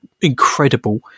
incredible